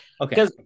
Okay